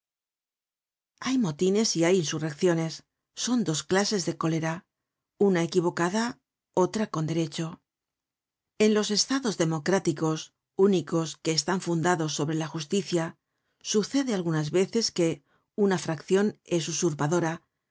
hay motines y hay insurrecciones son dos clases de cólera una equivocada otra con derecho en los estados democrátcos unicos que están fundados sobre la justicia sucede algunas veces que una fraccion es usurpadora